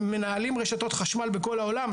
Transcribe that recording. הם מנהלים רשתות חשמל בכל העולם,